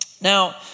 Now